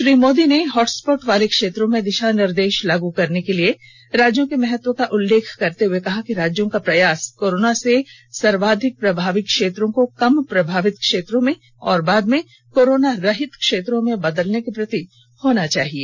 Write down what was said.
श्री मोदी ने हॉटस्पॉट वाले क्षेत्रों में दिशा निर्देश लागू करने के लिए राज्यों के महत्व का उल्लेख करते हुए कहा कि राज्यों का प्रयास कोरोना से सर्वाधिक प्रभावी क्षेत्रों को कम प्रभावित क्षेत्रों में और बाद में कोरोना रहित क्षेत्रों में बदलने के प्रति होना चाहिए